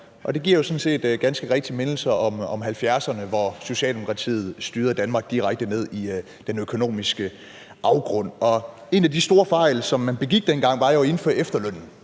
set ganske rigtig mindelser om 1970'erne, hvor Socialdemokratiet styrede Danmark direkte ned i den økonomiske afgrund. En af de store fejl, man begik dengang, var jo at indføre efterlønnen.